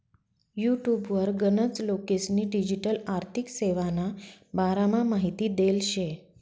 युटुबवर गनच लोकेस्नी डिजीटल आर्थिक सेवाना बारामा माहिती देल शे